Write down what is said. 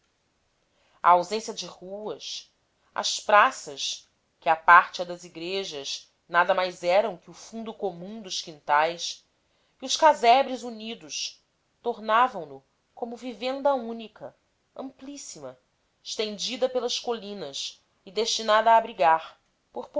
a ausência de ruas as praças que à parte a das igrejas nada mais eram que o fundo comum dos quintais e os casebres unidos tornavam no como vivenda única amplíssima estendida pelas colinas e destinada a abrigar por